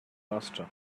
pasta